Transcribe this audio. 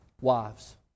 Wives